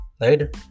Later